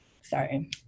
sorry